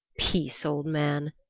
peace, old man,